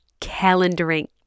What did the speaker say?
calendaring